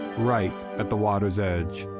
right at the water's edge,